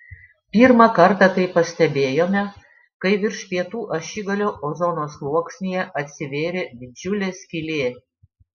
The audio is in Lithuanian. pirmą kartą tai pastebėjome kai virš pietų ašigalio ozono sluoksnyje atsivėrė didžiulė skylė